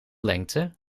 lengte